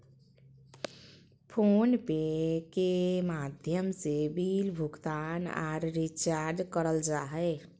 phone पे के माध्यम से बिल भुगतान आर रिचार्ज करल जा हय